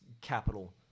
capital